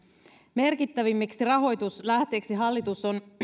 merkittävimmiksi rahoituslähteiksi hallitus on